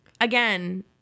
again